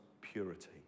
purity